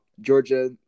Georgia